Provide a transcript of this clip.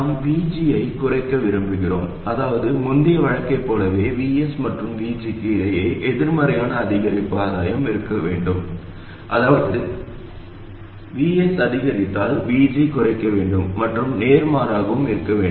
நாம் VG ஐக் குறைக்க விரும்புகிறோம் அதாவது முந்தைய வழக்கைப் போலவே Vs மற்றும் VG க்கு இடையே எதிர்மறையான அதிகரிப்பு ஆதாயம் இருக்க வேண்டும் அதாவது Vs அதிகரித்தால் VG குறைக்க வேண்டும் மற்றும் நேர்மாறாகவும் இருக்க வேண்டும்